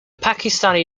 pakistani